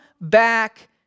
back